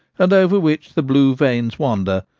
and over which the blue veins wander,